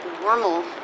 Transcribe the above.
normal